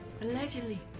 Allegedly